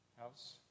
House